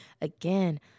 Again